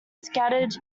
scattered